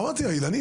אמרתי לה: אילנית,